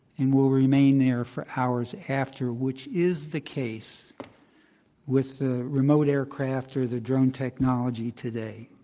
and will remain there for hours after, which is the case with the remote aircraft or the drone technology today.